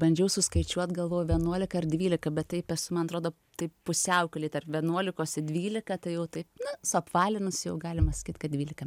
bandžiau suskaičiuot galvojau vienuolika ar dvylika bet tai tas man atrodo taip pusiaukelėj tarp vienuolikos ir dvylika tai jau taip suapvalinus jau galima sakyt kad dvylika